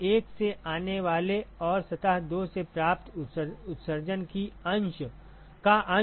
सतह 1 से आने वाले और सतह 2 से प्राप्त उत्सर्जन का अंश A1J1F12 है